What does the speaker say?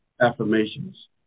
affirmations